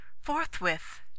forthwith